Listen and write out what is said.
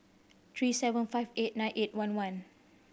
three seven five eight nine eight one one